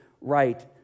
right